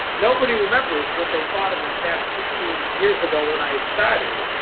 nobody remembers what they thought of me back sixteen years ago when i had started.